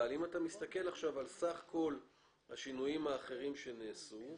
אבל אם מסתכלים על סך כל השינויים האחרים שנעשו,